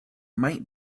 might